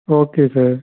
okay sir